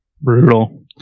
Brutal